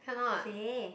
say